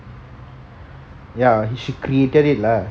ya he she created it lah